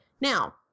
Now